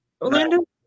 Orlando